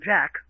Jack